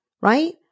right